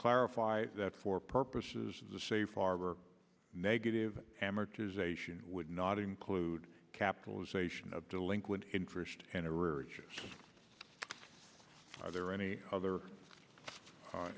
clarify that for purposes of the safe harbor negative amortization would not include capitalization of delinquent interest are there any other